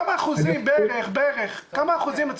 בערך כמה אחוזים.